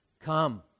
Come